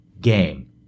game